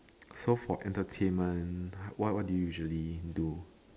so for entertainment what what do you usually do